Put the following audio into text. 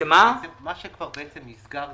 מה שנסגר